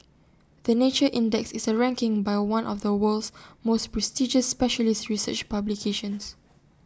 the nature index is A ranking by one of the world's most prestigious specialist research publications